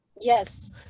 Yes